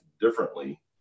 differently